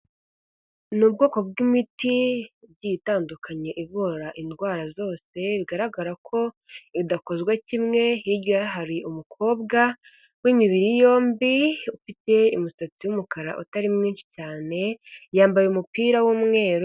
Ni ubwoko bw'imiti igiye tandukanye, ivura indwara zose, bigaragara ko idakozwa kimwe, hirya hari umukobwa w'imibiri yombi, ufite umusatsi w'umukara utari mwinshi cyane, yambaye umupira w'umweru.